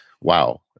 wow